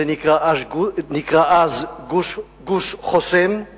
זה נקרא אז "גוש חוסם";